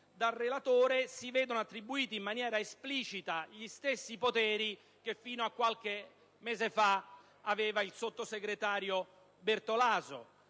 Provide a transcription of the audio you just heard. dal relatore, si vedono attribuiti in maniera esplicita gli stessi poteri che fino a qualche mese fa aveva il sottosegretario Bertolaso;